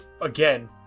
again